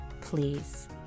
please